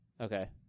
Okay